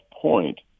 point